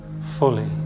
fully